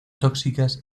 tóxicas